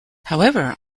however